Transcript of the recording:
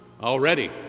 Already